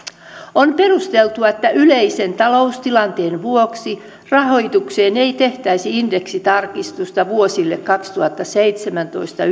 on perusteltua että yleisen taloustilanteen vuoksi rahoitukseen ei tehtäisi indeksitarkistusta vuosille kaksituhattaseitsemäntoista